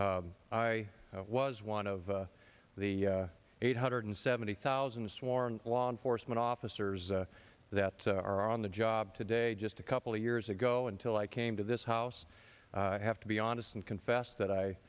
i was one of the eight hundred and seventy thousand sworn law enforcement officers that are on the job today just a couple of years ago until i came to this house i have to be honest and confess that i